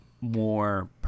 more